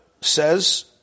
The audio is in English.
says